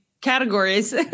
categories